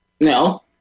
No